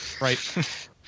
Right